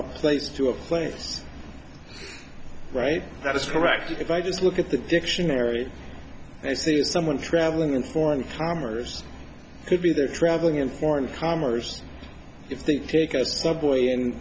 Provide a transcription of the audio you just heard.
a place to a place right that is correct if i just look at the dictionary and see if someone traveling in foreign farmer's could be there traveling in foreign commerce if they take a subway in